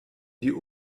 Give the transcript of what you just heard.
die